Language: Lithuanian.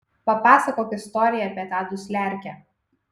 papasakok istoriją apie tą dusliarkę